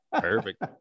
Perfect